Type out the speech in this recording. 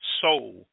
soul